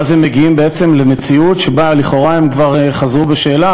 ואז הם מגיעים בעצם למציאות שבה הם לכאורה כבר חזרו בשאלה